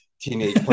teenage